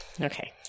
Okay